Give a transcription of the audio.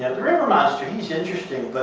and the river monster, he's interesting.